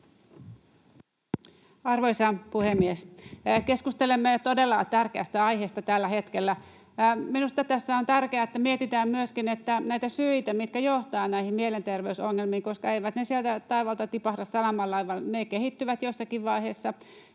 Arvoisa puhemies! Keskustelemme todella tärkeästä aiheesta tällä hetkellä. Minusta tässä on tärkeää, että mietitään myöskin syitä, mitkä johtavat näihin mielenterveysongelmiin, koska eivät ne sieltä taivaalta tipahda salaman lailla, ne kehittyvät jossakin vaiheessa.